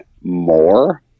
more